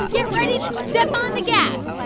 get ready to step on the gas.